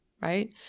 Right